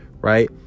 right